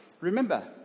Remember